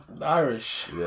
Irish